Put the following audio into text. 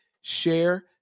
share